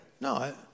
No